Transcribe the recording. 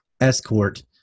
escort